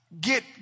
get